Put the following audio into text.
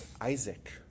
Isaac